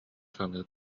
саныы